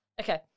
Okay